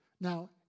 Now